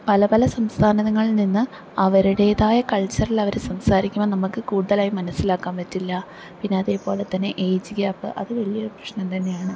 പല പല സംസ്ഥാനങ്ങളിൽനിന്ന് അവരുടേതായ കൾച്ചറിലവര് സംസാരിക്കുമ്പം നമുക്ക് കൂടുതലായി മനസ്സിലാക്കാൻ പറ്റില്ല പിന്നത് പോലെതന്നെ ഏയ്ജ് ഗ്യാപ്പ് അത് വലിയൊരു പ്രശ്നം തന്നെയാണ്